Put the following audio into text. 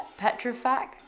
Petrofac